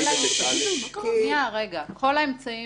כלומר,